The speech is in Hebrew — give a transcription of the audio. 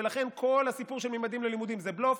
ולכן כל הסיפור של ממדים ללימודים זה בלוף.